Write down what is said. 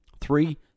Three